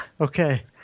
Okay